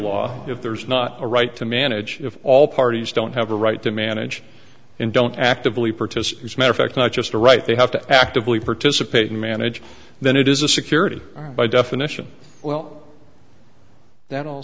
law if there's not a right to manage if all parties don't have a right to manage and don't actively participate as matter fact not just a right they have to actively participate and manage then it is a security by definition well that all